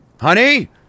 Honey